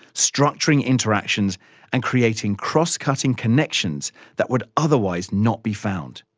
structuring interactions and creating cross-cutting connections that would otherwise not be found.